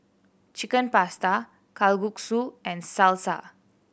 Chicken Pasta Kalguksu and Salsa